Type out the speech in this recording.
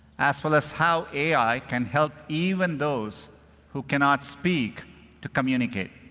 as well as how ai can help even those who cannot speak to communicate.